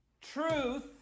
Truth